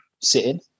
sitting